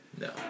No